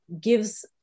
gives